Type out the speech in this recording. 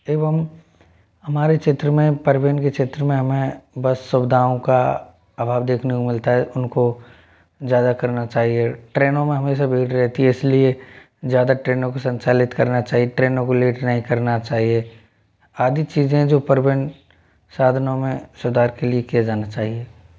एवं हमारे क्षेत्र में परवीन के क्षेत्र में हमें बस सुविधाओं का अभाव देखने को मिलता है उनको ज़्यादा करना चाहिए ट्रेनों में हमेशा भीड़ रहती है इसलिए ज़्यादा ट्रेनों को संचालित करना चाहिए ट्रेनों लेट नहीं करना चाहिए आदि चीज़ें साधनों में सुधार के लिए किया जाना चाहिए